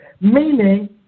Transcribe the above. meaning